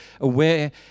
aware